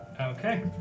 Okay